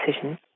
decision